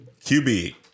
QB